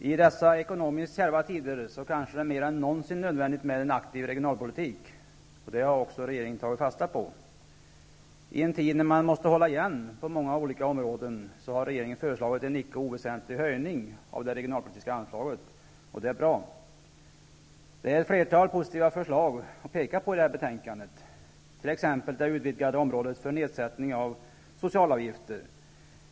Herr talman! I dessa ekonomiskt kärva tider är det kanske mer än någonsin nödvändigt med en aktiv regionalpolitik. Det har också regeringen tagit fasta på. I en tid när man på många olika områden måste erhålla igen, har regeringen föreslagit en icke oväsentlig höjning av det regionalpolitiska anslaget. Det är bra. I detta betänkande finns det ett flertal positiva förslag att peka på. t.ex. det utvidgade området för nedsättning av socialavgifter.